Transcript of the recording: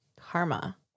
Karma